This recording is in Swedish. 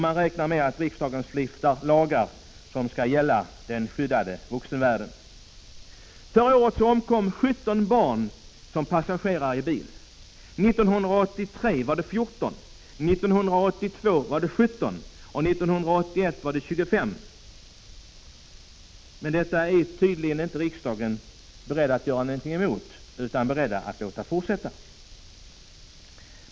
Man räknar med att riksdagen stiftar lagar som skall gälla den skyddade vuxenvärlden. Förra året omkom 17 barn som passagerare i bil, 1983 var det 14 barn, 1982 var det 17 och 1981 omkom 25 barn. Men detta är tydligen inte riksdagen beredd att göra något åt, utan snarare beredd att låta fortsätta.